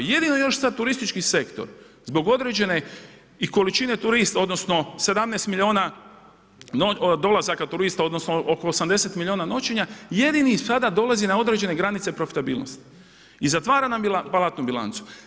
Jedino još sad turistički sektor, zbog određene i količine turist, odnosno, 17 milijuna dolazaka turista, odnosno, oko 80 milijuna noćenja, jedini sada dolazi na određene granice profitabilnosti i zatvara nam platnu bilancu.